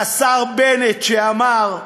והשר בנט, שאמר: